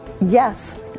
Yes